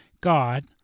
God